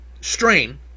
strain